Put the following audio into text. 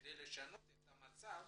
כדי לשנות את המצב.